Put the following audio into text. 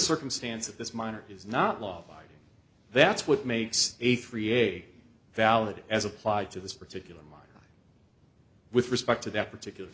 circumstances this minor is not law that's what makes a three a valid as applied to this particular mine with respect to that particular